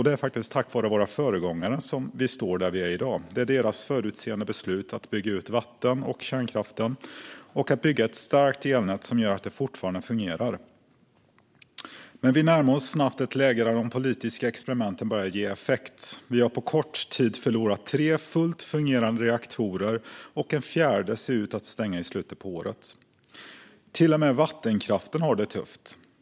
Det är tack vare dem som vi står där vi är i dag. Det är deras förutseende beslut att bygga ut vatten och kärnkraften och att bygga ett starkt elnät som gör att det fortfarande fungerar. Men vi närmar oss snabbt ett läge där de politiska experimenten börjar ge effekt. Vi har på kort tid förlorat tre fullt fungerande reaktorer, och en fjärde ser ut att stänga i slutet av året. Till och med vattenkraften har det tufft.